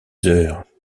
heures